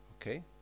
Okay